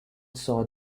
saw